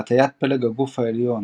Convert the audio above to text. הטיית פלג הגוף העליון,